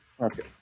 Okay